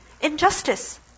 Injustice